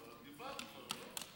דיברת כבר, לא?